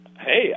Hey